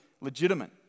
legitimate